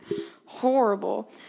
horrible